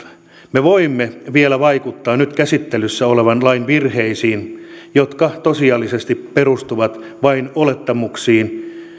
me voimme vielä vaikuttaa nyt käsittelyssä olevan lain virheisiin jotka tosiasiallisesti perustuvat vain olettamuksiin